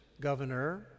governor